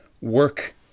work